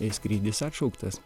jei skrydis atšauktas